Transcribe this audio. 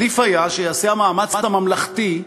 היה עדיף שייעשה המאמץ הממלכתי,